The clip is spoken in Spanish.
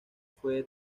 fue